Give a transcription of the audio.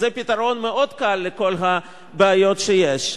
זה פתרון מאוד קל לכל הבעיות שיש.